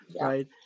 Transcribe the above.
right